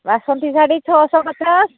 ବାସନ୍ତ ଶାଢ଼ୀ ଛଅଶହ ପଚାଶ